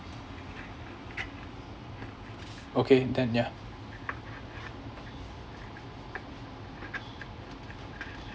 okay then yeah